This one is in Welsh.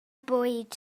bwyd